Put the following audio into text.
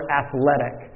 athletic